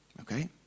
Okay